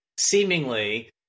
seemingly